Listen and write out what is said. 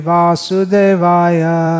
Vasudevaya